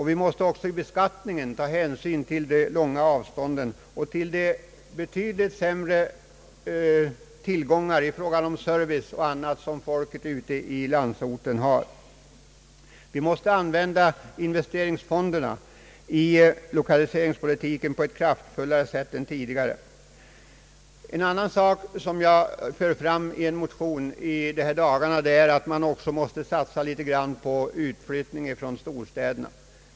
Vi måste också i beskattningen ta hänsyn till de långa avstånden och till de betydligt sämre förmåner i fråga om service och annat som människorna ute i landsorten har. Vi måste använda investeringsfonderna i lokaliseringspolitiken på ett kraftfullare sätt än tidigare. En annan sak, som jag i dagarna fört fram i en motion, är att det också bör satsas litet grand på utflyttning från storstäderna.